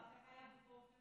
איך היה בחופש?